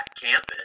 campus